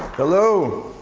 hello!